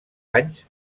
anys